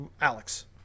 Alex